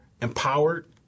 empowered